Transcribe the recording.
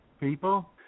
people